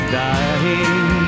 dying